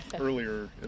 earlier